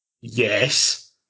Yes